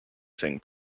sing